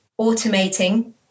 automating